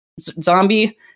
zombie